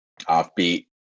offbeat